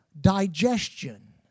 digestion